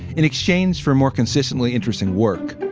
in exchange for more consistently interesting work.